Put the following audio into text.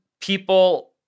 people